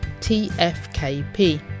tfkp